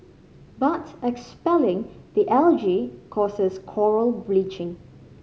but expelling the algae causes coral bleaching